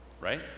right